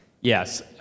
Yes